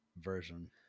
version